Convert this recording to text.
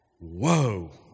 Whoa